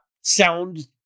sound